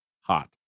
hot